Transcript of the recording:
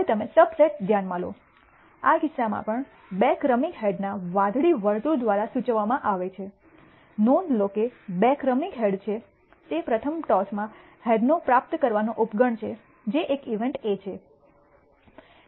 હવે તમે સબસેટ ધ્યાનમાં લો આ કિસ્સામાં પણ બે ક્રમિક હેડના વાદળી વર્તુળ દ્વારા સૂચવવામાં આવે છે નોંધ લો કે બે ક્રમિક હેડ છે તે પ્રથમ ટોસમાં હેડનો પ્રાપ્ત કરવાનો ઉપગણ છે જે એક ઇવેન્ટ A છે